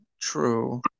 True